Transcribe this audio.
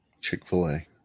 Chick-fil-A